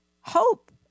hope